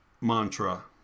mantra